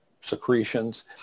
secretions